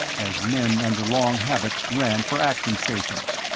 as men under long habit ran for action stations.